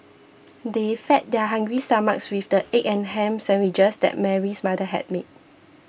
they fed their hungry stomachs with the egg and ham sandwiches that Mary's mother had made